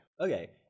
Okay